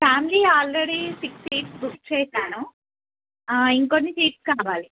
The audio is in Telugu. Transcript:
family already six seats book చేశాను ఇంకొన్ని సీట్స్ కావాలి